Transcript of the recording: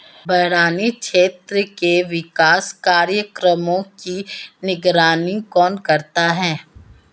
बरानी क्षेत्र के विकास कार्यक्रमों की निगरानी कौन करता है?